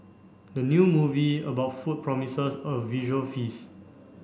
the new movie about food promises a visual feast